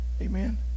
Amen